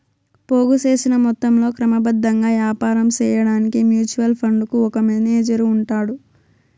పోగు సేసిన మొత్తంలో క్రమబద్ధంగా యాపారం సేయడాన్కి మ్యూచువల్ ఫండుకు ఒక మేనేజరు ఉంటాడు